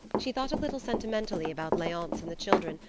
she thought a little sentimentally about leonce and the children,